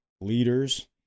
leaders